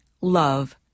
love